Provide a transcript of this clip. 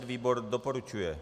Výbor doporučuje.